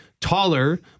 taller